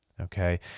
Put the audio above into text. Okay